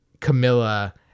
Camilla